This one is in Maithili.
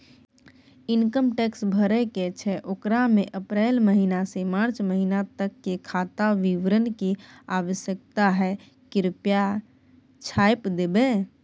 इनकम टैक्स भरय के छै ओकरा में अप्रैल महिना से मार्च महिना तक के खाता विवरण के आवश्यकता हय कृप्या छाय्प देबै?